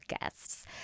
guests